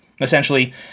Essentially